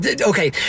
Okay